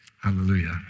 Hallelujah